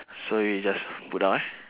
so you just put down ah